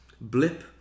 blip